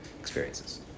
experiences